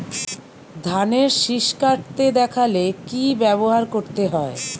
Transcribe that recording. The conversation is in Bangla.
ধানের শিষ কাটতে দেখালে কি ব্যবহার করতে হয়?